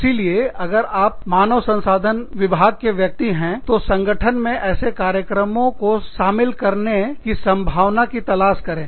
इसीलिए अगर आप मानव संसाधन विभाग के व्यक्ति हैं तो संगठन में ऐसे कार्यक्रमों को शामिल करने की संभावना की तलाश करें